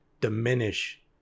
diminish